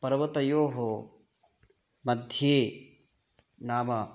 पर्वतयोः मध्ये नाम